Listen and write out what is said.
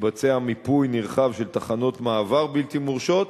התבצע מיפוי נרחב של תחנות מעבר בלתי מורשות,